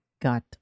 got